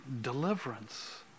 deliverance